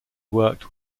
worked